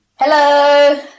Hello